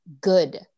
good